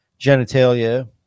genitalia